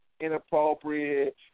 inappropriate